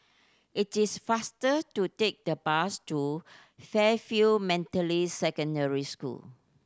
it is faster to take the bus to Fairfield Methodist Secondary School